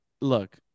look